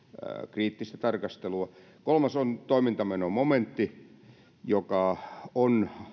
kriittistä tarkastelua kolmas on toimintamenomomentti joka on